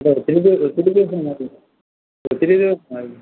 ഇത് ഒത്തിരി ദിവസം ഒത്തിരി ദിവസം ഒത്തിരി ദിവസമായി